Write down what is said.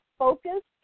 focused